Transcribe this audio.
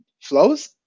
flows